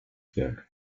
girl